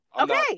Okay